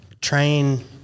train